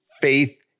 faith